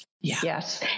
Yes